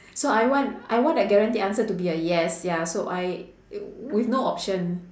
so I want I want a guaranteed answer to be a yes ya so I with no option